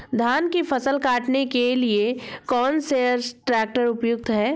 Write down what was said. धान की फसल काटने के लिए कौन सा ट्रैक्टर उपयुक्त है?